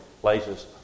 places